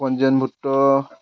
পঞ্জীয়নভুক্ত